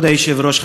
כבוד היושב-ראש,